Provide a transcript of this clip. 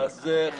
אני צוחק אתכם.